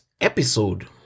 episode